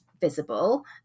visible